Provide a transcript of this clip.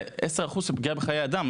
זה מוביל לפגיעה בחיי אדם.